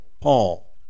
Paul